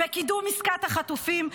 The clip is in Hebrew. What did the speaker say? בקידום עסקת החטופים,